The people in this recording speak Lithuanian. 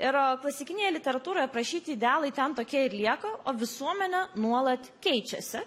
ir klasikinėje literatūroje aprašyti idealai ten tokie ir lieka o visuomenė nuolat keičiasi